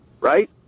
right